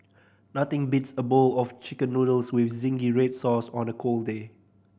nothing beats a bowl of Chicken Noodles with zingy red sauce on a cold day